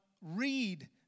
read